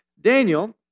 Daniel